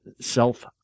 self